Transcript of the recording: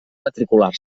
matricular